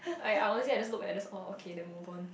I I honestly I just look at this all okay then move on